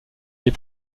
les